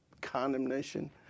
condemnation